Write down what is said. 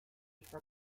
for